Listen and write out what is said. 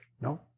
No